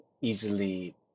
easily